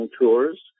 tours